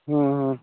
ହୁଁ ହୁଁ